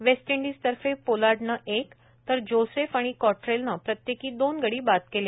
waste इंडीजतर्फे पोलाई नं एक तर जोसेफ आणि क्वाट्रेलनं प्रत्येकी दोन गडी बाद केले